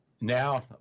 Now